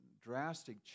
drastic